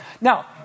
Now